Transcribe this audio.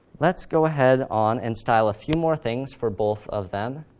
let's go ahead on and style a few more things for both of them.